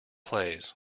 plays